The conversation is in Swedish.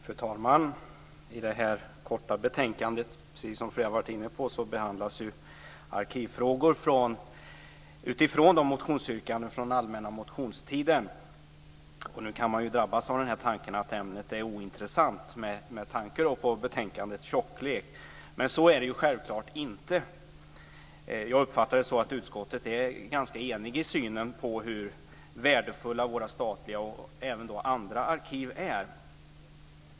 Fru talman! I det här korta betänkandet behandlas, som flera talare har varit inne på, arkivfrågor utifrån motionsyrkanden från den allmänna motionstiden. Nu kan man drabbas av tanken att ämnet är ointressant med tanke på betänkandets tjocklek. Men så är det självklart inte. Jag uppfattar det som att utskottet är ganska enigt i synen på hur värdefulla våra statliga och även andra arkiv är.